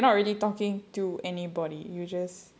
oh so like you're not really talking to anybody you just